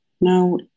Now